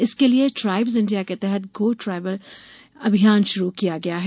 इसके लिए tribes India के तहत गो ट्राईबल अभियान शुरू किया गया है